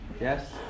Yes